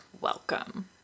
welcome